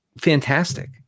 fantastic